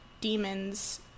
demons